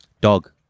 Dog